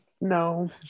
No